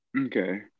Okay